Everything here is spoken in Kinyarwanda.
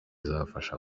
izafasha